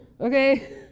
okay